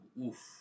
oof